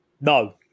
no